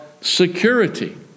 security